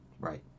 Right